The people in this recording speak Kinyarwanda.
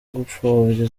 gupfobya